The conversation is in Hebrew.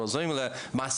הם עוזרים למעסיקים,